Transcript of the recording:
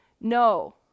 No